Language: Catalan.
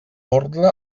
ordre